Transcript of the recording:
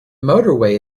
motorway